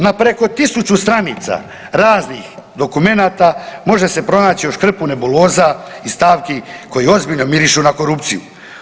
No preko 1000 stranica raznih dokumenta može se pronaći još hrpu nebuloza i stavki koji ozbiljno mirišu na korupciju.